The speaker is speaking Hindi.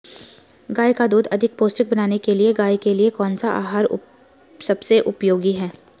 गाय का दूध अधिक पौष्टिक बनाने के लिए गाय के लिए कौन सा आहार सबसे उपयोगी है?